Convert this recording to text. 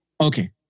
Okay